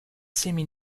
semi